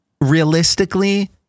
realistically